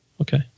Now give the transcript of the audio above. okay